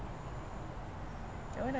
which part is that which